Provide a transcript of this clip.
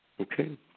Okay